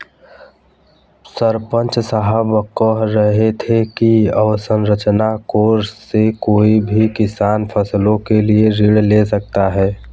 सरपंच साहब कह रहे थे कि अवसंरचना कोर्स से कोई भी किसान फसलों के लिए ऋण ले सकता है